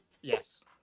Yes